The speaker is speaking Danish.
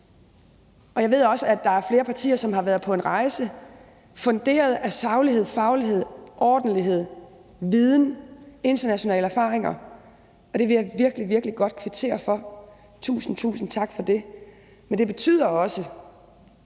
Og jeg ved også, at der er flere partier, som har været på en rejse funderet på saglighed, faglighed, ordentlighed, viden og internationale erfaringer, og det vil jeg virkelig godt kvittere for. Tusind tak for det. Men det betyder også,